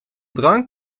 drank